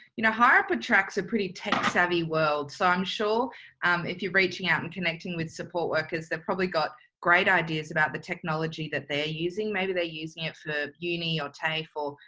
you know, hireup attracts a pretty tech savvy world. so i'm sure if you're reaching out and connecting with support workers, they've probably got great ideas about the technology that they're using. maybe they're using it for uni or tafe,